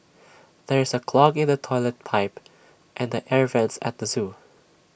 there is A clog in the Toilet Pipe and the air Vents at the Zoo